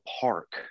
park